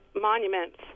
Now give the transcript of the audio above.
monuments